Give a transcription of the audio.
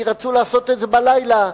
כי רצו לעשות את זה בלילה,